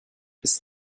ist